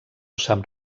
sap